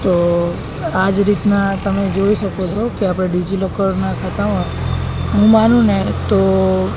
તો આજ રીતના તમે જોઈ શકો છો કે આપણે ડિઝિલોકરના ખાતામાં હું માનું ને તો